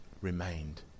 remained